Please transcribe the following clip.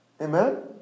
Amen